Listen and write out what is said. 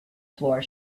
floor